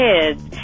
kids